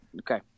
Okay